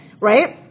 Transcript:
right